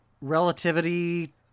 relativity